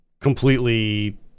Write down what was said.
completely